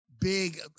big